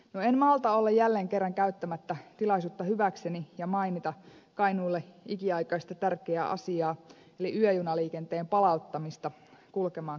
en malta olla jälleen kerran käyttämättä tilaisuutta hyväkseni ja mainitsematta kainuulle ikiaikaista tärkeää asiaa eli yöjunaliikenteen palauttamista kulkemaan kajaanin kautta